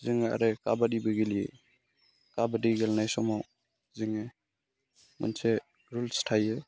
जोङो आरो काबाडिबो गेलेयो काबाडि गेलेनाय समाव जोङो मोनसे रुल्स थायो